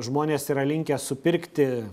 žmonės yra linkę supirkti